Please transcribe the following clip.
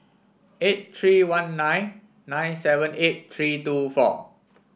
eight three one nine nine seven eight three two four